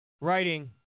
writing